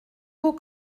beau